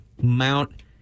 Mount